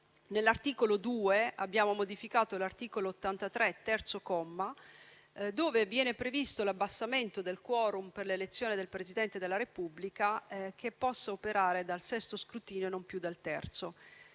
Nell'articolo 2 abbiamo modificato l'articolo 83, terzo comma, dove viene previsto l'abbassamento del *quorum* per l'elezione del Presidente della Repubblica a partire dal sesto scrutinio e non più dal terzo.